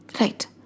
right